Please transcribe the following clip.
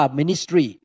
ministry